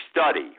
study